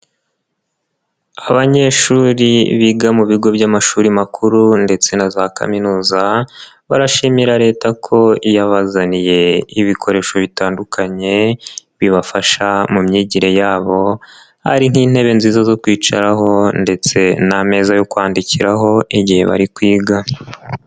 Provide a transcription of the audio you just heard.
Abanyeshuri biga mu bigo by'amashuri makuru ndetse na za kaminuza, barashimira Leta ko yabazaniye ibikoresho bitandukanye bibafasha mu myigire yabo, hari nk'intebe nziza zo kwicaraho ndetse n'ameza yo kwandikiraho igihe bari kwigaga.